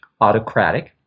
autocratic